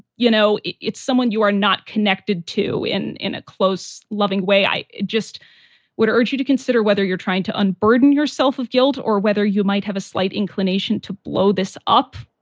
you know, it's someone you are not connected to in in a close, loving way. i just would urge you to consider whether you're trying to unburden yourself of guilt or whether you might have a slight inclination to blow this up.